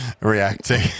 reacting